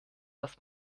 was